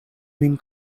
min